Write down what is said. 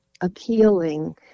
appealing